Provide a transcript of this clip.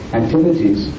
activities